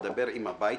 "מדבר עם הבית",